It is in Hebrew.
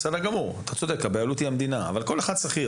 אתה צודק הבעלות היא המדינה, אבל כל אחד שכיר.